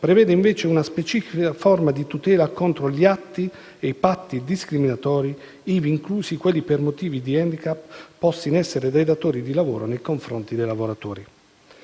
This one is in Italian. prevede invece una specifica forma di tutela contro gli atti e i patti discriminatori, ivi inclusi quelli per motivi di *handicap*, posti in essere dai datori nei confronti dei lavoratori.